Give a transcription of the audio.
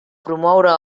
promoure